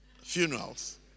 funerals